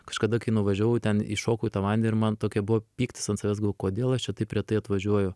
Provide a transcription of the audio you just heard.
kažkada kai nuvažiavau ten įšokau į tą vandenį ir man tokia buvo pyktis ant savęs galvojau kodėl aš čia taip retai atvažiuoju